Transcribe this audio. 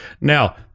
Now